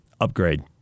upgrade